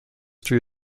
three